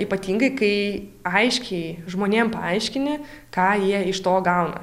ypatingai kai aiškiai žmonėm paaiškini ką jie iš to gauna